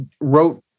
wrote